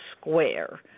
square